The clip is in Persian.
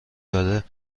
داده